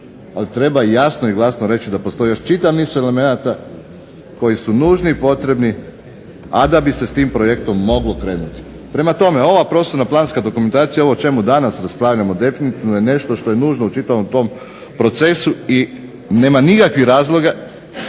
ali treba realno reći da postoji čitav niz elemenata koji su nužni i potrebni a da bi se s tim projektom moglo krenuti. Prema tome, ova prostorno planska dokumentacija, ovo o čemu danas raspravljamo definitivno je nešto što je nužno u čitavom tom procesu i nema nikakvih razloga